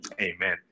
Amen